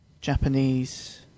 japanese